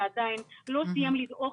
שעדיין לא סיים לדעוך,